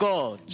God